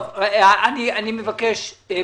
זה טרי מאוד שיש עכשיו אפשרות להאריך.